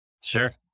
Sure